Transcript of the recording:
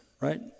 right